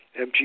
MG